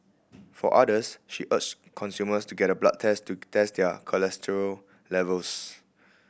for others she urged consumers to get a blood test to test their cholesterol levels